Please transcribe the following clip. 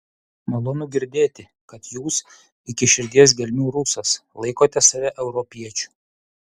malonu girdėti kad jūs iki širdies gelmių rusas laikote save europiečiu